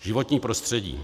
Životní prostředí.